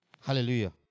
Hallelujah